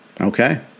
Okay